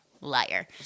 Liar